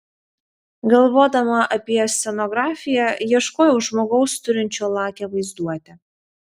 galvodama apie scenografiją ieškojau žmogaus turinčio lakią vaizduotę